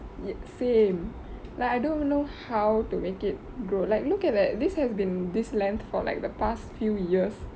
same like I don't even know how to make it grow like look at that this has been this length for like the past few years